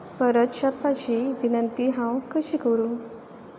परत छापपाची विनंती हांव कशी करूं